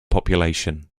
population